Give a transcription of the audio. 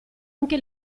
anche